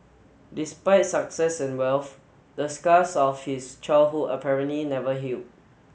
despite success and wealth the scars of his childhood apparently never healed